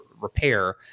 repair